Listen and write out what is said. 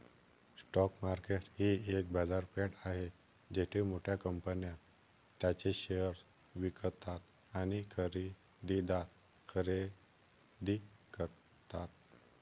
stock market ही एक बाजारपेठ आहे जिथे मोठ्या कंपन्या त्यांचे शेअर्स विकतात आणि खरेदीदार खरेदी करतात